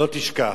לא תשכח.